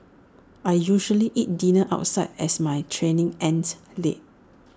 I usually eat dinner outside as my training ends late